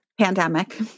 pandemic